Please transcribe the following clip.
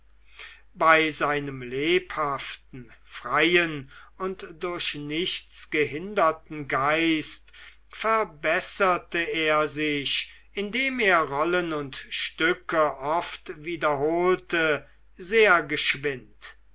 bei seinem lebhaften freien und durch nichts gehinderten geist verbesserte er sich indem er rollen und stücke oft wiederholte sehr geschwind